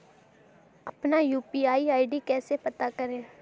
अपना UPI ID कैसे पता करें?